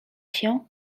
się